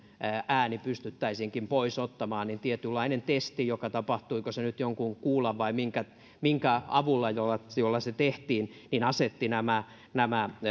ääni pystyttäisiinkin pois ottamaan niin tietynlainen testi tapahtuiko se nyt kuulan vai minkä minkä avulla jolla se jolla se tehtiin asetti